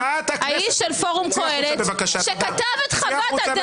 חברת הכנסת נעמה לזימי -- האיש של פורום קהלת שכתב -- צאי החוצה,